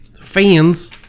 fans